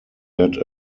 led